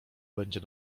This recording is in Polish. będzie